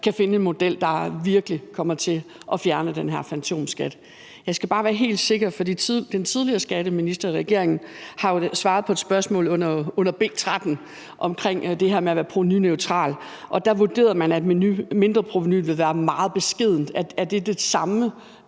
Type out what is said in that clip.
kan finde en model, der virkelig kommer til at fjerne den her fantomskat. Men jeg skal bare være helt sikker, for den tidligere skatteminister i regeringen har jo svaret på et spørgsmål under B 13 omkring det her med at være provenuneutral, og der vurderede man, at mindreprovenuet ville være meget beskedent. Er det den samme